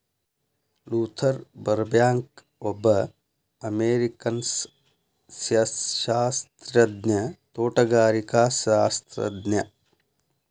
Luther ಬರ್ಬ್ಯಾಂಕ್ಒಬ್ಬ ಅಮೇರಿಕನ್ಸಸ್ಯಶಾಸ್ತ್ರಜ್ಞ, ತೋಟಗಾರಿಕಾಶಾಸ್ತ್ರಜ್ಞ